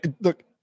look